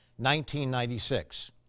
1996